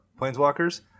Planeswalkers